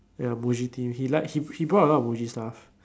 ya Muji theme he like he he brought a lot of Muji stuff